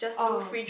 oh